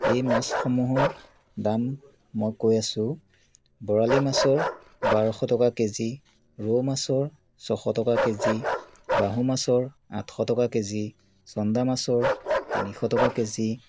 এই মাছ সমূহৰ দাম মই কৈ আছোঁ বৰালি মাছৰ বাৰশ টকা কে জি ৰৌ মাছৰ ছয়শ টকা কে জি বাহু মাছৰ আঠশ টকা কে জি চন্দা মাছৰ তিনিশ টকা কে জি